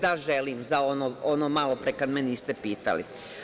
Da, želim za ono malopre kad me niste pitali.